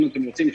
אם אתם רוצים,